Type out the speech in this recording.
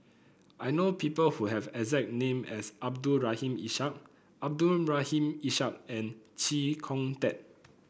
I know people who have a exact name as Abdul Rahim Ishak Abdul Rahim Ishak and Chee Kong Tet